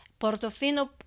portofino